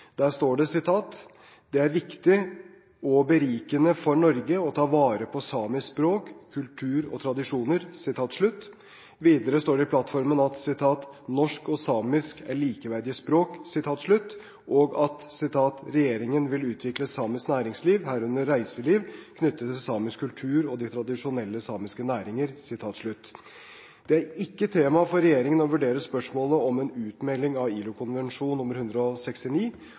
Der står det: «Det er viktig og berikende for Norge å ta vare på samisk språk, kultur og tradisjoner.» Videre står det i plattformen: «Norsk og samisk er likeverdige språk.» Og videre: «Regjeringen vil utvikle samisk næringsliv, herunder reiseliv, knyttet til samisk kultur og de tradisjonelle samiske næringer.» Det er ikke tema for regjeringen å vurdere spørsmålet om en utmelding av ILO-konvensjon nr. 169.